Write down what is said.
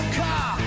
car